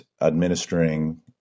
administering